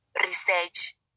research